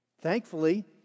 Thankfully